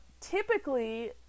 typically